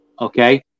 okay